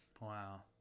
Wow